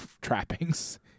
trappings